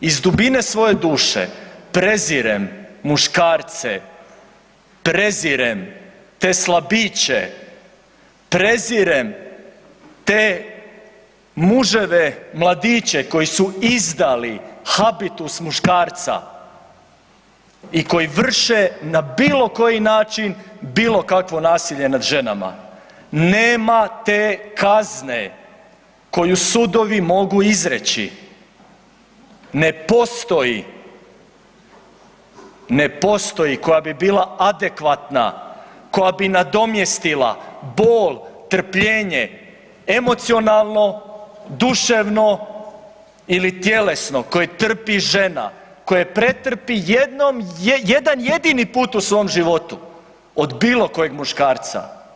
Iz dubine svoje duše prezirem muškarce, prezirem te slabiće, prezirem te muževe, mladiće koji su izdali habitus muškarca i koji vrše na bilo koji način bilo kakvo nasilje nad ženama. nema te kazne koju sudovi mogu izreći, ne postoji, ne postoji koja bi bila adekvatna, koja bi nadomjestila bol, trpljenje emocionalno, duševno ili tjelesno koje trpi žena, koje pretrpi jedan jedini put u svom životu od bilo kojeg muškarca.